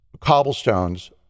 Cobblestones